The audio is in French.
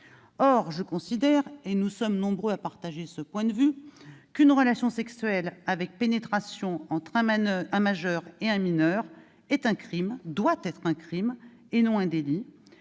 Or je considère, et nous sommes nombreux à partager ce point de vue, qu'une relation sexuelle avec pénétration entre un majeur et un mineur doit être un crime et non un délit,